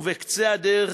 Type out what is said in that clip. ובקצה הדרך,